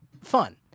fun